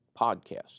Podcast